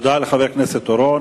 תודה לחבר הכנסת אורון.